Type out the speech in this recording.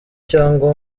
cyangwa